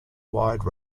wide